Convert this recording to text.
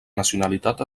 nacionalitat